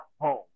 home